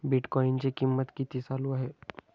बिटकॉइनचे कीमत किती चालू आहे